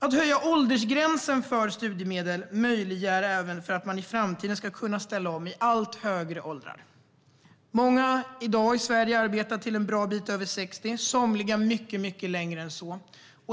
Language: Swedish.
Att höja åldersgränsen för studiemedel möjliggör även att man i framtiden kan ställa om i allt högre åldrar. Många i Sverige arbetar i dag en bra bit över 60, somliga mycket längre än så.